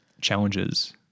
challenges